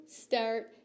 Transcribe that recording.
start